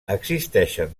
existeixen